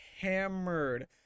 hammered